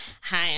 Hi